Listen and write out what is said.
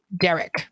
Derek